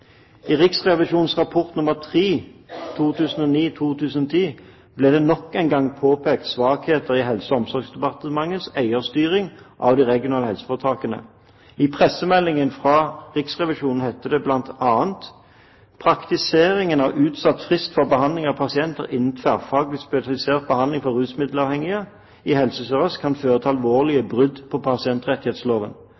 I Riksrevisjonens rapport nr. 3 for 2009–2010 ble det nok en gang påpekt svakheter i Helse- og omsorgsdepartementets eierstyring av de regionale helseforetak. I pressemeldingen fra Riksrevisjonen heter det bl.a.: «Praktiseringen av utsatt frist for behandling av pasienter innen tverrfaglig spesialisert behandling for rusmiddelavhengige i Helse Sør-Øst kan føre til